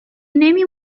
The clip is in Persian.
نمی